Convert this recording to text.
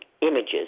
images